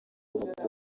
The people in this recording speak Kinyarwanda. y’umupira